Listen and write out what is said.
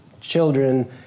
children